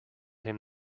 him